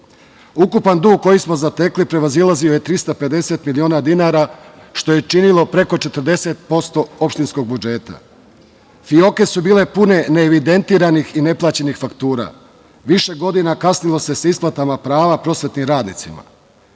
Ukupan dug koji smo zatekli prevazilazio je 350 miliona dinara, što je činilo preko 40% opštinskog budžeta. Fioke su bile pune neevidentiranih i neplaćenih faktura. Više godina kasnilo se sa isplatama prava prosvetnim radnicima. Zatekli